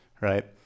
Right